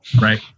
Right